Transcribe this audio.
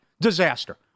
Disaster